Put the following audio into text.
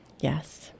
Yes